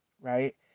right